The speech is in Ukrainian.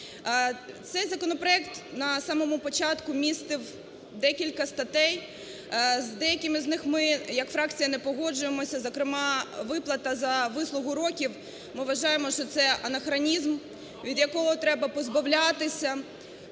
Цей законопроект на самому початку містив декілька статей, з деякими з них ми як фракція не погоджуємося, зокрема виплата за вислугу років. Ми вважаємо, що це анахронізм, від якого треба позбавлятися.